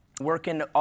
working